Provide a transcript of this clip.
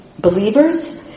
believers